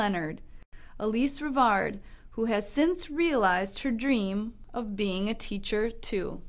leonard elise regard who has since realized her dream of being a teacher to